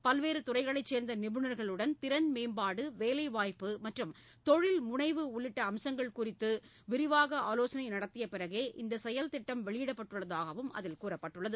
பல்வேறு துறைகளைச் சேர்ந்த நிபுணர்களுடன் திறன் மேம்பாடு வேலைவாய்ப்பு மற்றும் தொழில் முனைவு உள்ளிட்ட அம்சங்கள் குறித்து விரிவாக ஆலோசனை நடத்திய பிறகே இந்த செயல்திட்டம் வெளியிடப்பட்டுள்ளதாகவும் தெரிவிக்கப்பட்டுள்ளது